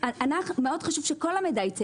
חשוב מאוד שכל המידע ייצא.